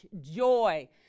joy